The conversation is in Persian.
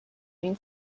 این